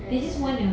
mm